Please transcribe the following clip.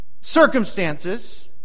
circumstances